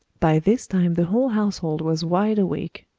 by this time the whole household was wide awake.